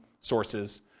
sources